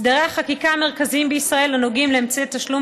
הסדרי החקיקה המרכזיים בישראל הנוגעים לאמצעי תשלום